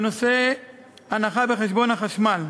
בנושא הנחה בחשבון החשמל,